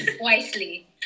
wisely